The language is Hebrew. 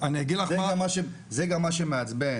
זה גם מה שמעצבן.